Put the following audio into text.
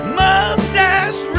mustache